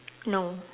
no